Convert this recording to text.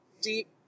deep